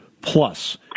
plus